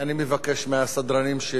אני מבקש מהסדרנים,